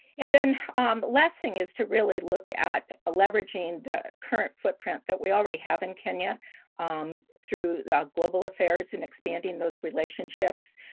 and then um last thing is to really look at leveraging the current footprint that we already have in kenya um through yeah global affairs and expanding those relationships.